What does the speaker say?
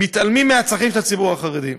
מתעלמים מהצרכים של הציבור החרדי.